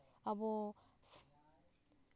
ᱟᱵᱚ